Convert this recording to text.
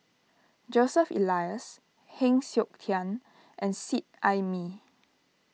Joseph Elias Heng Siok Tian and Seet Ai Mee